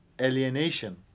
alienation